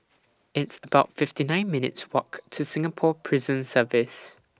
It's about fifty nine minutes' Walk to Singapore Prison Service